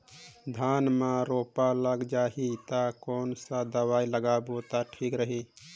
धान म रोग लग जाही ता कोन सा दवाई लगाबो ता ठीक रही?